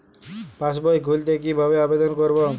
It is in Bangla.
পাসবই খুলতে কি ভাবে আবেদন করব?